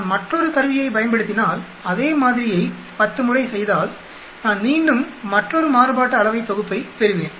நான் மற்றொரு கருவியைப் பயன்படுத்தினால் அதே மாதிரியை 10 முறை செய்தால் நான் மீண்டும் மற்றொரு மாறுபாட்டு அளவை தொகுப்பை பெறுவேன்